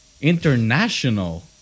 International